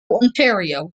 ontario